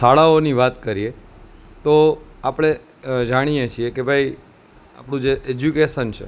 શાળાઓની વાત કરીએ તો આપણે જાણીએ છીએ કે ભાઈ આપણું જે એજ્યુકેશન છે